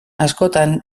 askotan